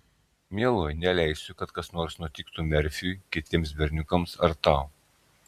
mieloji neleisiu kad kas nors nutiktų merfiui kitiems berniukams ar tau